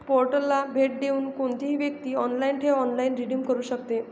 पोर्टलला भेट देऊन कोणतीही व्यक्ती आपली ठेव ऑनलाइन रिडीम करू शकते